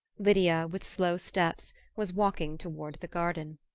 lydia, with slow steps, was walking toward the garden.